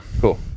cool